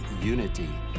unity